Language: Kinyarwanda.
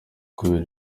kubera